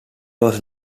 was